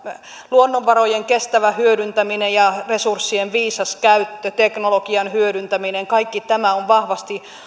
luonnonvarojen kestävä hyödyntäminen ja resurssien viisas käyttö teknologian hyödyntäminen kaikki tämä on vahvasti